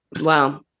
wow